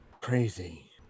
Crazy